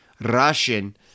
Russian